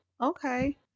Okay